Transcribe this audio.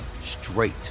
straight